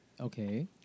Okay